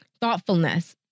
Thoughtfulness